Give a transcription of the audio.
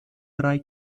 drei